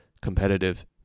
competitive